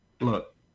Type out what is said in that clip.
look